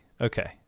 okay